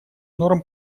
норм